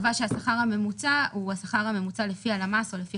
שהשכר הממוצע הוא השכר הממוצע לפי הלמ"ס או לפי